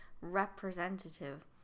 representative